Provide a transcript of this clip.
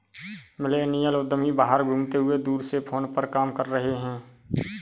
millennial उद्यमी बाहर घूमते हुए दूर से फोन पर काम कर रहे हैं